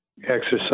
exercise